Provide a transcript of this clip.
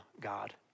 God